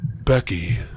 Becky